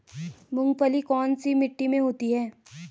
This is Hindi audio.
मूंगफली कौन सी मिट्टी में होती है?